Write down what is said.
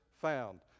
found